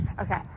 Okay